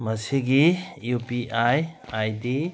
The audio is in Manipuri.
ꯃꯁꯤꯒꯤ U P I I D